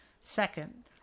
Second